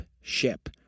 ship